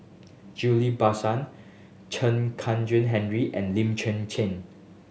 Ghillie Basan Chen Kezhan Henri and Lim Chwee Chian